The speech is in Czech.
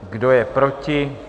Kdo je proti?